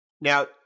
now